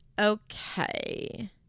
okay